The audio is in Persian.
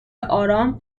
آرام